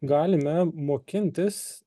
galime mokintis